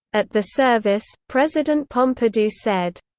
at the service, president pompidou said,